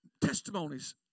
testimonies